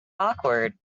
awkward